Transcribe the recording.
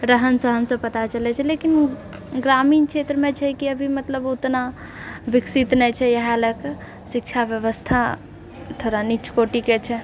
रहन सहनसे पता चलैछै लेकिन ग्रामीण क्षत्रमे छै कि मतलब अभी ओतना विकसित नहि छै इएह लएके शिक्षा व्यवस्था थोड़ा निच्च कोटिके छै